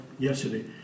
yesterday